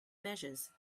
measures